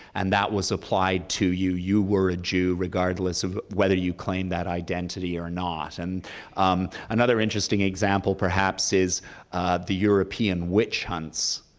and that was applied to you. you were a jew regardless of whether you claimed that identity or not. and another interesting example perhaps is the european witch hunts,